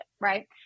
Right